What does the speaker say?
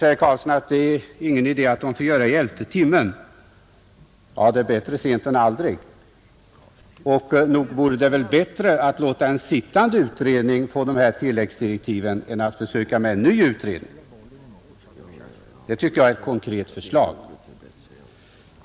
Herr Karlsson säger att det inte är någon idé att utredningen får göra detta i elfte timmen. Det är dock bättre sent än aldrig! Nog vore det bättre att låta en sittande utredning få dessa tilläggsdirektiv än att försöka ge en ny utredning ett sådant uppdrag. Detta, herr Karlsson, det är ett konkret förslag.